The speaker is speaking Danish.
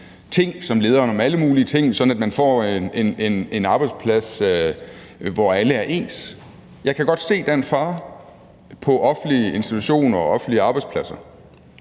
ting som lederen om alle mulige ting, sådan at man får en arbejdsplads, hvor alle er ens. Jeg kan godt se der er en fare i offentlige institutioner og på offentlige arbejdspladser.